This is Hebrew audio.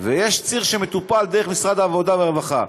ויש ציר שמטופל דרך משרד העבודה והרווחה.